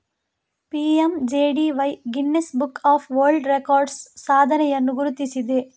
PMJDY Guinness book of world records ಸಾಧನೆಯನ್ನು ಗುರುತಿಸಿದೆ